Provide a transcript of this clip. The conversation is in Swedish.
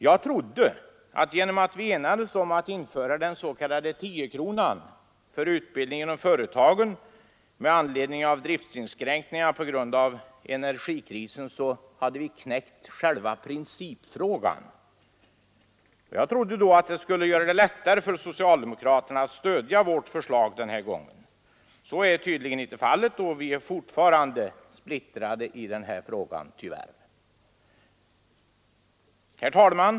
Jag trodde att genom att vi enades om att införa den s.k. tiokronan för utbildning inom företagen med anledning av driftinskränkningar på grund av energikrisen, så hade vi knäckt själva principen, och jag trodde också att detta skulle göra det lättare för socialdemokraterna att stödja vårt förslag denna gång. Så är tydligen inte fallet, och vi är tyvärr fortfarande splittrade i frågan. Herr talman!